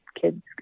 kids